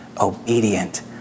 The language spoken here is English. obedient